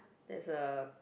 there's a